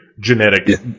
genetic